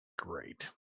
Great